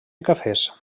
cafès